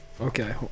Okay